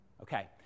Okay